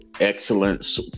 excellence